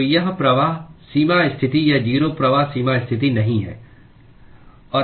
तो यह प्रवाह सीमा स्थिति या जीरो प्रवाह सीमा स्थिति नहीं है